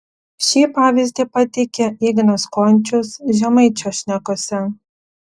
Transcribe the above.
šį pavyzdį pateikia ignas končius žemaičio šnekose